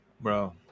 bro